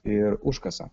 ir užkasa